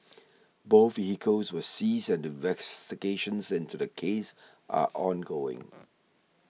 both vehicles were seized and investigations into the case are ongoing